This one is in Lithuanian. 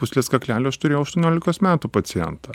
pūslės kaklelio aš turėjau aštuoniolikos metų pacientą